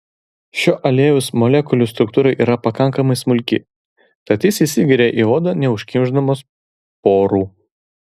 šio aliejaus molekulių struktūra yra pakankamai smulki tad jis įsigeria į odą neužkimšdamas porų